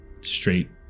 straight